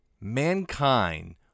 Mankind